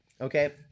Okay